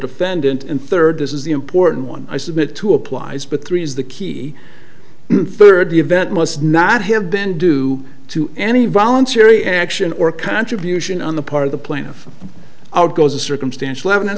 defendant and third this is the important one i submit to applies but three is the key third the event must not have been due to any in theory action or contribution on the part of the plaintiff outgoes a circumstantial evidence